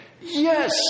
Yes